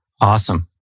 Awesome